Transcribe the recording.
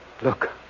Look